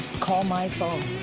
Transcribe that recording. call my phone.